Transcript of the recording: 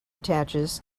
attaches